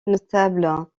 notables